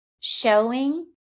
Showing